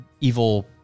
evil